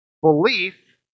belief